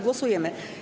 Głosujemy.